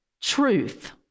truth